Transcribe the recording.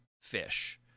fish